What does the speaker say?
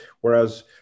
whereas